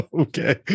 Okay